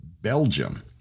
Belgium